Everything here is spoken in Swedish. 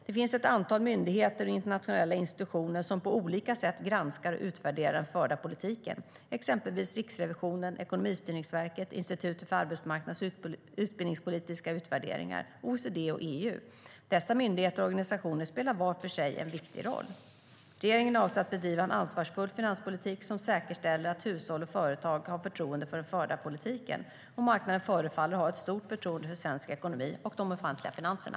Det finns ett antal myndigheter och internationella institutioner som på olika sätt granskar och utvärderar den förda politiken, exempelvis Riksrevisionen, Ekonomistyrningsverket, Institutet för arbetsmarknads och utbildningspolitisk utvärdering, OECD och EU. Dessa myndigheter och organisationer spelar var för sig en viktig roll. Regeringen avser att bedriva en ansvarsfull finanspolitik som säkerställer att hushåll och företag har förtroende för den förda politiken. Marknaden förefaller att ha ett stort förtroende för svensk ekonomi och de offentliga finanserna.